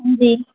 ਹਾਂਜੀ